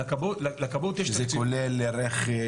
לכבאות יש תקציב --- שזה כולל רכש,